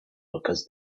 because